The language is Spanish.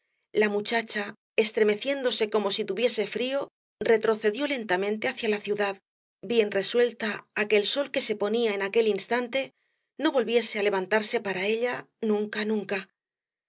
la muchacha estremeciéndose como si tuviese frío retrocedió lentamente hacia la ciudad bien resuelta á que el sol que se ponía en aquel instante no volviese á levantarse para ella nunca nunca